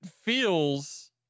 feels